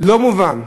לא מובן,